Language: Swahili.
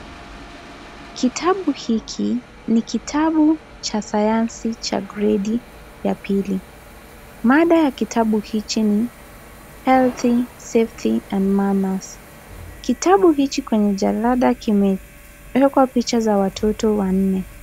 Kitabu hiki ni kitabu cha sayansi cha gredi ya pili. Mada ya kitabu hichi ni, "Healthy, Safety and Mamas." Kitabu hiki kwenye jalada kimewekwa picha za watoto wanne.